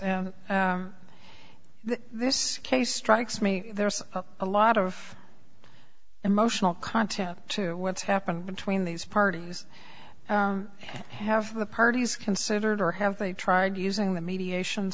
and this case strikes me there's a lot of emotional content to what's happened between these parties have the parties considered or have they tried using the mediation